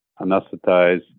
anesthetize